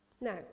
Now